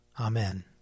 Amen